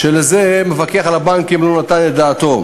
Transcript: ועל זה המפקח על הבנקים לא נתן את דעתו.